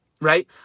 right